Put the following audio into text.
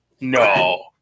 No